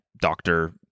doctor